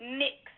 mix